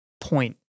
point